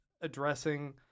addressing